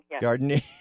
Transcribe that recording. Gardening